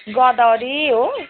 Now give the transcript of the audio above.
गोदावरी हो